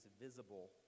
visible